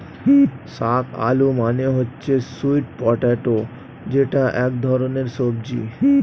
শাক আলু মানে হচ্ছে স্যুইট পটেটো যেটা এক ধরনের সবজি